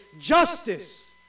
justice